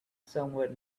somewhere